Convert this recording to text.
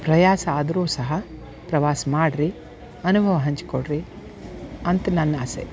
ಪ್ರಯಾಸ ಆದರೂ ಸಹ ಪ್ರವಾಸ ಮಾಡಿರಿ ಅನುಭವ ಹಂಚಿಕೊಳ್ರಿ ಅಂತ ನನ್ನಆಸೆ